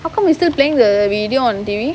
how come they still playing the video on T_V